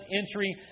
entry